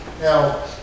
Now